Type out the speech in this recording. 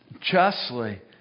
justly